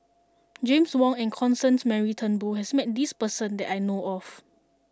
James Wong and Constance Mary Turnbull has met this person that I know of